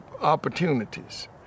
opportunities